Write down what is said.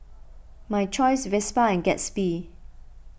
My Choice Vespa and Gatsby